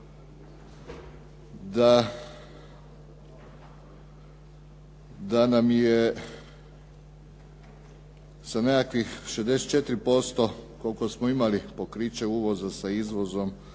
da nam je sa nekakvih 64% koliko smo imali pokriće uvoza sa izvozom